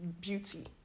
beauty